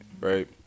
Right